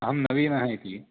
अहं नवीनः इति